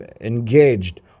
engaged